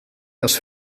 das